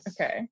Okay